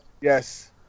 Yes